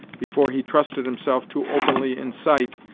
before he trusted himself too openly in sight,